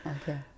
Okay